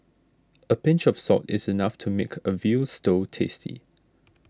a pinch of salt is enough to make a Veal Stew tasty